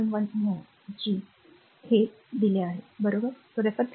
1 mho G हे हे आचरण दिले आहे बरोबर